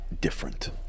different